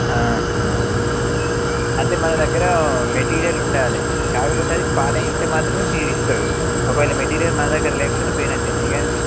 అంటే మన దగ్గర మెటీరియల్ ఉండాలి కాకపోతే అది పాడై ఉంటే మాత్రమే మీరిస్తరు ఒకవేళ మెటీరియల్ మా దగ్గర లేకపోతే పోయినట్టేనా ఇక అది